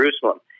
Jerusalem